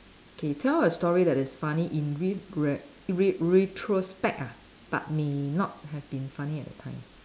K tell a story that is funny in re~ re~ re~ retrospect ah but may not have been funny at that time